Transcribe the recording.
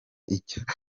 icyaha